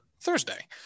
Thursday